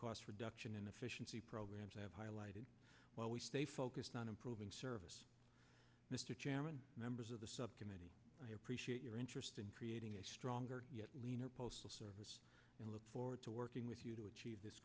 cost reduction and efficiency programs have highlighted while we stay focused on improving service mr chairman members of the subcommittee i appreciate your interest in creating a stronger leaner postal service i look forward to working with you to achieve this